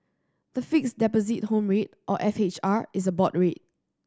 the Fixed Deposit Home Rate or F H R is a board rate